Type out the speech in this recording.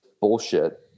bullshit